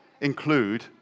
include